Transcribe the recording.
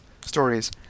stories